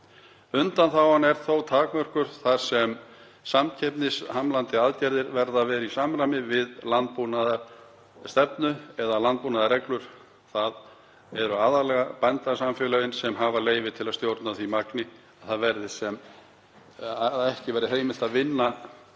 Undanþágan er þó takmörkuð þar sem samkeppnishamlandi aðgerðir verða að vera í samræmi við landbúnaðarstefnu eða landbúnaðarreglur. Það eru aðallega bændasamfélögin sem hafa leyfi til að stjórna því magni, að ekki verði heimilt að vinna